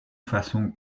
façon